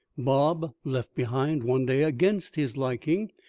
bob, left behind one day against his liking,